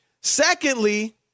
Secondly